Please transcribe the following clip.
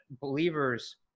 believers